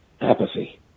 apathy